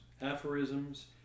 aphorisms